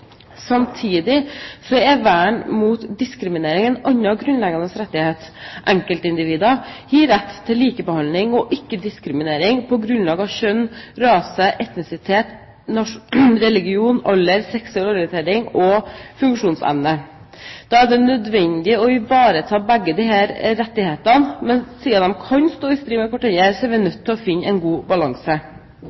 Samtidig er vern mot diskriminering en annen grunnleggende rettighet. Enkeltindivider har rett til likebehandling og ikke diskriminering på grunnlag av kjønn, rase, etnisitet, religion, alder, seksuell orientering og funksjonsevne. Da er det nødvendig å ivareta begge disse rettighetene. Men siden de kan stå i strid med hverandre, er vi nødt til å finne en god balanse.